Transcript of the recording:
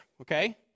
okay